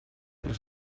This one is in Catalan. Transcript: les